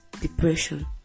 depression